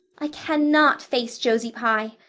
i cannot face josie pye.